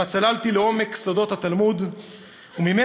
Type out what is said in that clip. אשר בה צללתי לעומק סודות התלמוד וממנה